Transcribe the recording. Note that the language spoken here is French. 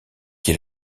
qui